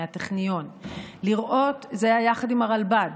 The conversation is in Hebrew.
זה היה יחד עם הרלב"ד,